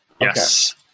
Yes